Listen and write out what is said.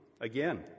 Again